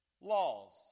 laws